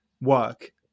work